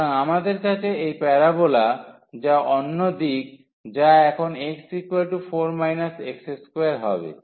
সুতরাং আমাদের কাছে এই প্যারাবোলা যা অন্য দিক যা এখন y4 x2 হবে